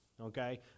Okay